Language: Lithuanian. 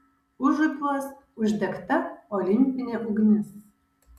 užupiuos uždegta olimpinė ugnis